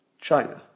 China